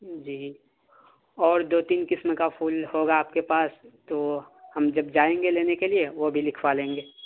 جی اور دو تین قسم کا پھول ہوگا آپ کے پاس تو ہم جب جائیں گے لینے کے لیے وہ بھی لکھوا لیں گے